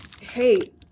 Hey